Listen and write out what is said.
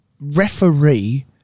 referee